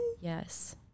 Yes